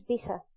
better